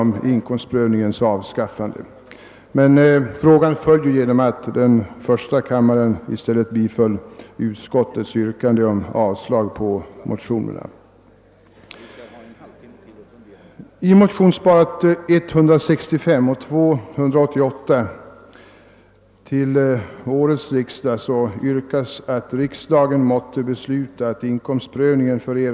Men frågan föll genom att första kammaren i stället biföll utskottets yrkande om avslag på motionerna.